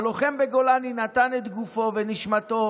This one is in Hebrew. הלוחם בגולני נתן את גופו ונשמתו,